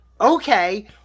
okay